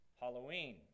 Halloween